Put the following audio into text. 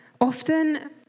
often